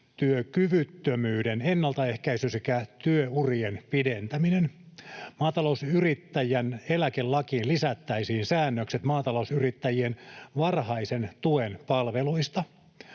työkyvyttömyyden ennaltaehkäisy sekä työurien pidentäminen. Maatalousyrittäjän eläkelakiin lisättäisiin säännökset maatalousyrittäjien varhaisen tuen palveluista.